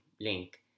Link